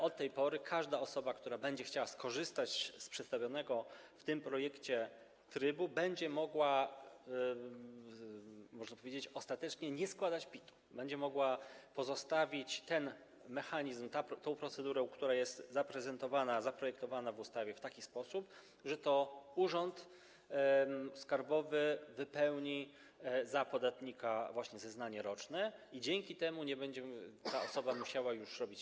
Od tej pory każda osoba, która będzie chciała skorzystać z przedstawionego w tym projekcie trybu, będzie mogła, można powiedzieć, ostatecznie nie składać PIT-u, będzie mogła skorzystać z mechanizmu, z procedury, która jest zaprezentowana, zaprojektowana w ustawie w taki sposób, że to urząd skarbowy wypełni za podatnika zeznanie roczne i dzięki temu podatnik nie będzie musiał już nic robić.